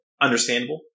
Understandable